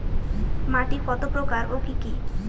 মাটি কত প্রকার ও কি কি?